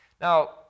Now